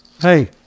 Hey